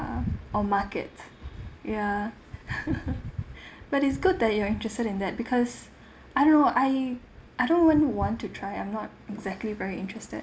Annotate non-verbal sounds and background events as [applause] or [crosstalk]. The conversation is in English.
or markets ya [laughs] [breath] but it's good that you are interested in that because I don't know I I don't even want to try I'm not exactly very interested